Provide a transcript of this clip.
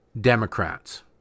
Democrats